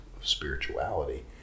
spirituality